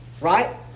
right